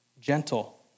gentle